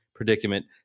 predicament